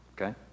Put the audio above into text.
Okay